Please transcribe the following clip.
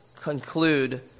conclude